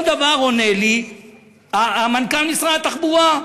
אותו דבר עונה לי מנכ"ל משרד התחבורה,